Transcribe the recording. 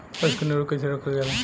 पशु के निरोग कईसे रखल जाला?